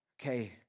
Okay